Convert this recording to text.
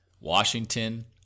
Washington